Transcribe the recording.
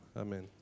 Amen